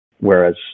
Whereas